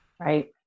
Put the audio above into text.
Right